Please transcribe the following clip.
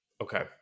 Okay